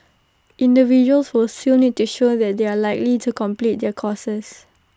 individuals will still need to show that they are likely to complete their courses